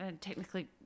technically